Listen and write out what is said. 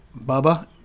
Bubba